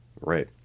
right